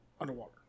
underwater